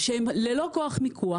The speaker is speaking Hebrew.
שהם ללא כוח מיקוח,